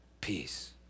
peace